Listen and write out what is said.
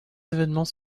évènements